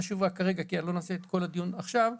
לא נעשה את כל הדיון עכשיו,